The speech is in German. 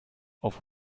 auf